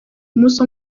umunsi